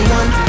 one